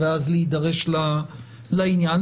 ואז להידרש לעניין,